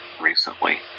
recently